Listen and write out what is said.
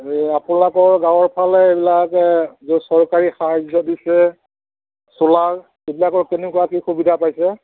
এই আপোনালোকৰ গাঁৱৰ ফালে এইবিলাক চৰকাৰী সাহাৰ্য দিছে ছলাৰ এইবিলাকৰ কেনেকুৱা কি সুবিধা পাইছে